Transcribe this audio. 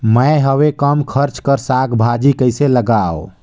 मैं हवे कम खर्च कर साग भाजी कइसे लगाव?